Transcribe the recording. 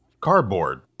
cardboard